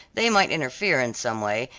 they might interfere in some way,